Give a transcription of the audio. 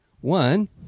one